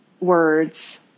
words